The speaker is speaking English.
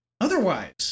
otherwise